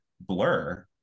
blur